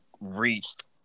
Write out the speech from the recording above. reached